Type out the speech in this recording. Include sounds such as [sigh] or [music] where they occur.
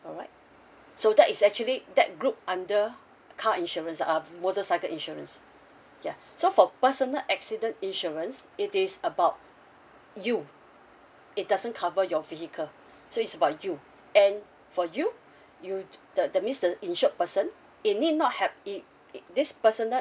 alright so that is actually that group under car insurance um motorcycle insurance ya [breath] so for personal accident insurance it is about you it doesn't cover your vehicle [breath] so it's about you and for you [breath] you the that means the insured person it need not have it it this personal